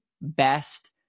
best